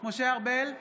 משה ארבל,